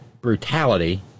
brutality